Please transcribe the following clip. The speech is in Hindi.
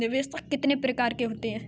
निवेश कितने प्रकार के होते हैं?